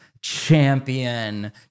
champion